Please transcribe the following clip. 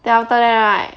then after that right